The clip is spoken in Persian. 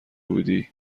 بودی